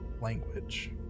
language